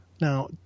Now